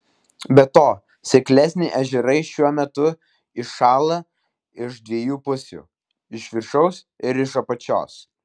be to seklesni ežerai šiuo metu įšąla iš dviejų pusių iš viršaus ir iš apačios